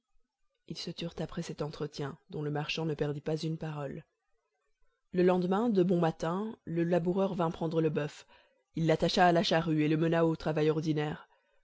ils se turent après cet entretien dont le marchand ne perdit pas une parole le lendemain de bon matin le laboureur vint prendre le boeuf il l'attacha à la charrue et le mena au travail ordinaire